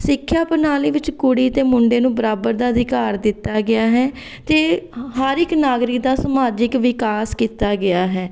ਸਿੱਖਿਆ ਪ੍ਰਣਾਲੀ ਵਿੱਚ ਕੁੜੀ ਅਤੇ ਮੁੰਡੇ ਨੂੰ ਬਰਾਬਰ ਦਾ ਅਧਿਕਾਰ ਦਿੱਤਾ ਗਿਆ ਹੈ ਅਤੇ ਹਰ ਇੱਕ ਨਾਗਰਿਕ ਦਾ ਸਮਾਜਿਕ ਵਿਕਾਸ ਕੀਤਾ ਗਿਆ ਹੈ